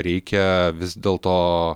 reikia vis dėlto